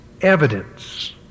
evidence